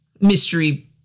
mystery